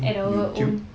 at our own